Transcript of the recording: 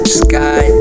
sky